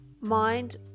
mind